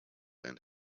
and